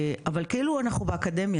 אבל זה כאילו אנחנו באקדמיה.